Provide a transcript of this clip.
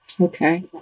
Okay